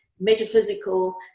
metaphysical